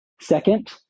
Second